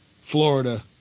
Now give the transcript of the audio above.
Florida